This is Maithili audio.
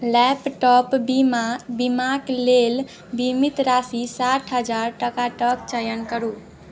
लैपटॉप बीमा बीमाक लेल बीमित राशि साठि हजार टाकाटक चयन करु